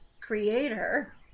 Creator